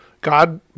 God